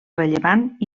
rellevant